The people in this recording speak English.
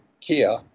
Kia